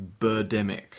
Birdemic